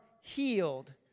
healed